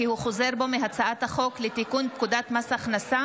קובע כי הצעת חוק התוכנית המאזנת (תיקוני